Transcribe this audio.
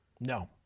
No